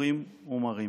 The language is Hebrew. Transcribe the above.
שחורים ומרים.